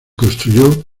construyó